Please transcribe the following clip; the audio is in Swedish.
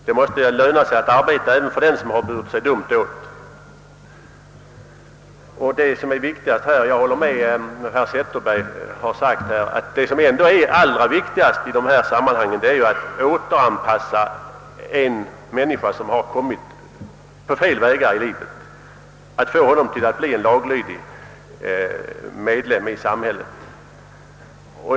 Det måste löna sig att arbeta även för den som burit sig dumt åt. Jag håller med herr Zetterberg att det viktigaste i detta sammanhang är att återanpassa en människa som kommit på fel vägar i livet, att få henne att bli en laglydig samhällsmedlem.